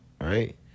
right